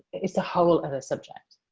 it's a whole other subject.